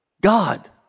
God